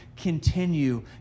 continue